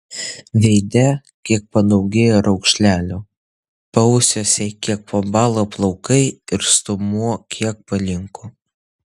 veide kiek padaugėjo raukšlelių paausiuose kiek pabalo plaukai ir stuomuo kiek palinko